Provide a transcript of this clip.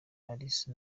alice